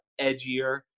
edgier